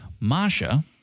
Masha